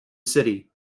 city